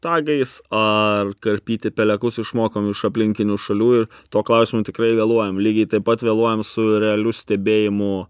tagais ar karpyti pelekus išmokom iš aplinkinių šalių ir tuo klausimu tikrai vėluojam lygiai taip pat vėluojam su realiu stebėjimų